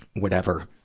whatever,